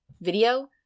video